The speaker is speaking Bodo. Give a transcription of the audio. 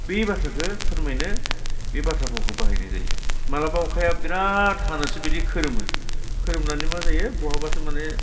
बै बाथ्राखौ फोरमायनो बे बाथ्रा फावखौ बाहायनाय जायो माब्लाबा अखाया बिरात हानोसै बिदि खोरोमो खोरोमनानै मा जायो बहाबासो माने